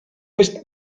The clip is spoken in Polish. być